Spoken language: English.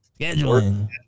Scheduling